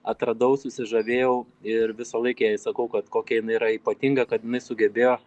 atradau susižavėjau ir visą laik jai sakau kad kokia jinai yra ypatinga kad jinai sugebėjo